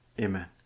Amen